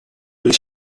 bir